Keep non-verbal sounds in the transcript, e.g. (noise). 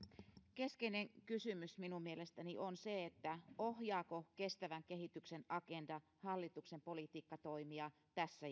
keskeinen kysymys minun mielestäni on se ohjaako kestävän kehityksen agenda hallituksen politiikkatoimia tässä (unintelligible)